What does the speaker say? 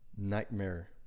nightmare